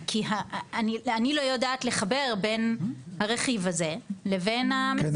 כי אני לא יודעת לחבר בין הרכיב הזה לבין --- כן.